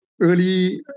early